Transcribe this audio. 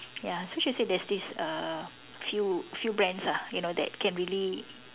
ya so she said there's this uh few few brands ah you know that can really